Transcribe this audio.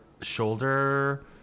shoulder